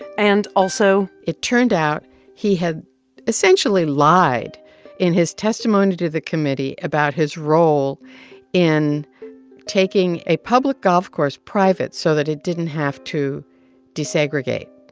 and also. it turned out he had essentially lied in his testimony to the committee about his role in taking a public golf course private so that it didn't have to desegregate.